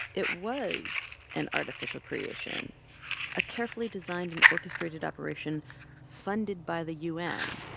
it was an artificial creation a carefully designed and orchestrated operation funded by the u n.